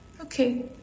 Okay